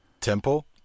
Temple